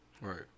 Right